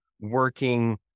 working